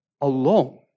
alone